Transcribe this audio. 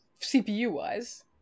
CPU-wise